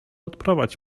odprowadź